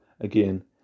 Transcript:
again